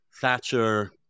thatcher